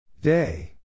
Day